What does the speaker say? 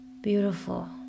beautiful